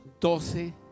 doce